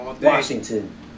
Washington